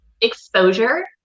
exposure